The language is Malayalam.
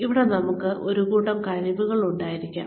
ഇവിടെ നമുക്ക് ഒരു കൂട്ടം കഴിവുകൾ ഉണ്ടായിരിക്കാം